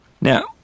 Now